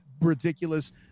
ridiculous